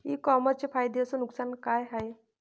इ कामर्सचे फायदे अस नुकसान का हाये